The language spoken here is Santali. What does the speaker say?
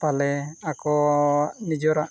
ᱯᱟᱞᱮ ᱟᱠᱚᱣᱟᱜ ᱱᱤᱡᱮᱨᱟᱜ